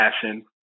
passion